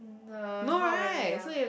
uh not really ah